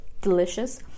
delicious